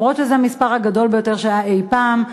אומנם זה המספר הגדול ביותר שהיה אי-פעם,